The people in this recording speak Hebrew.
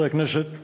חברי הכנסת,